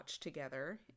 together